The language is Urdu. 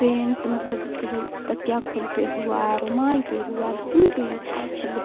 پینٹ مطلب جیسے تکیہ کھول پہ ہوا رومال پہ ہوا جتنی بھی ہے مطلب